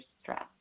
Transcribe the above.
stress